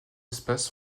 espaces